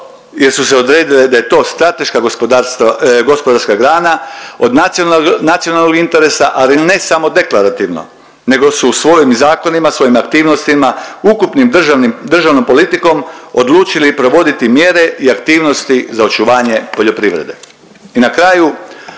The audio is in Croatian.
jer su se odredile da je to strateška gospodarska grana od nacionalnog interesa, ali ne samo deklarativno nego su u svojim zakonima, svojim aktivnostima ukupnom državnom politikom odlučili provoditi mjere i aktivnosti za očuvanje poljoprivrede.